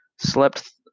Slept